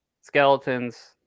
skeletons